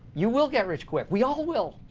you will get rich quick! we all will